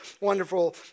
wonderful